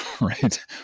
right